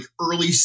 early